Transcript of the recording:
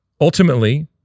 Ultimately